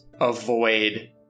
avoid